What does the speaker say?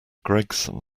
gregson